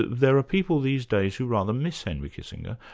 there are people these days who rather miss henry kissinger,